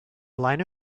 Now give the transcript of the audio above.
line